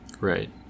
Right